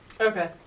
Okay